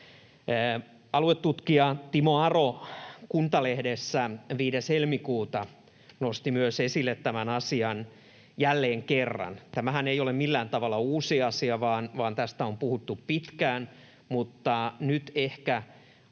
aluetutkija Timo Aro Kuntalehdessä 5. helmikuuta nosti esille tämän asian jälleen kerran. Tämähän ei ole millään tavalla uusi asia, vaan tästä on puhuttu pitkään, mutta nyt ehkä